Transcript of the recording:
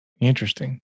interesting